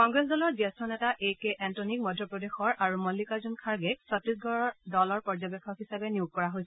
কংগ্ৰেছে দলৰ জ্যেষ্ঠ নেতা এ কে এণ্টনীক মধ্যপ্ৰদেশৰ আৰু মল্নিকাৰ্জুন খাৰ্গেক ছট্টিশগড়ৰ দলৰ পৰ্যবেক্ষক হিচাপে নিয়োগ কৰা হৈছে